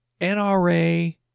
NRA